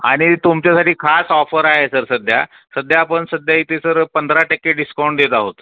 आणि तुमच्यासाठी खास ऑफर आहे सर सध्या सध्या आपण सध्या इथे सर पंधरा टक्के डिस्काऊंट देत आहोत